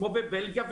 כמו בבלגיה,